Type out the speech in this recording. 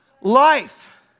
Life